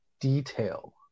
detail